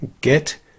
get